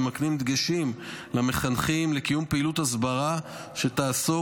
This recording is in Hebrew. ומקנים דגשים למחנכים לקיום פעילות הסברה שתעסוק